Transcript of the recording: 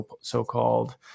so-called